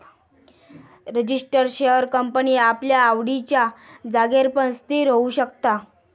register share company आपल्या आवडिच्या जागेर पण स्थिर होऊ शकता